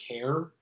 care